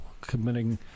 committing